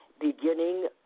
Beginning